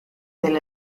del